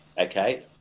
okay